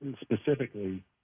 specifically